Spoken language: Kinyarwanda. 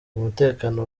umutekano